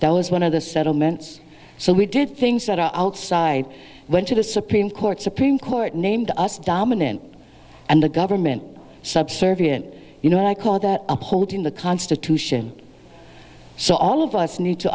n one of the settlements so we did things that are outside went to the supreme court supreme court named us dominant and the government subservient you know what i call that upholding the constitution so all of us need to